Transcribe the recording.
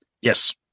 Yes